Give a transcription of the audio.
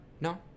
no